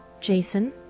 Jason